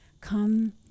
Come